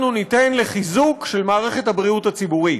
ניתן לחיזוק מערכת הבריאות הציבורית.